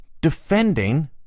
defending